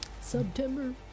September